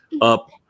up